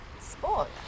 sport